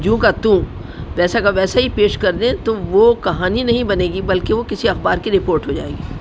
جووں کا توں ویسا کا ویسا ہی پیش کر دیں تو وہ کہانی نہیں بنے گی بلکہ وہ کسی اخبار کی رپورٹ ہو جائے گی